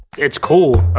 it's cool,